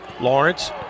Lawrence